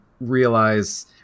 realize